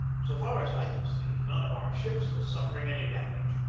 so far as i could see, none of our ships was suf fering any damage,